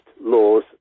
laws